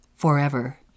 forever